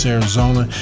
Arizona